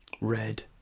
Red